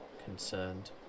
Concerned